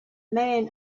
man